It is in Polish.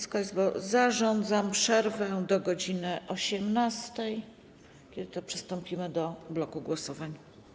Zarządzam przerwę do godz. 18, kiedy to przystąpimy do bloku głosowań.